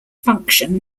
function